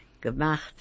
gemacht